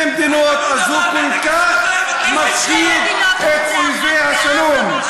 שתי מדינות, אז הוא כל כך מפחיד את אויבי השלום.